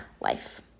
life